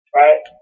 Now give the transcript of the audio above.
right